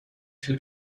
two